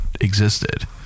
existed